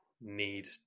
need